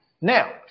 Now